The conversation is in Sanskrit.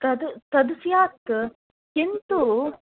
तद् तद् स्यात् किन्तु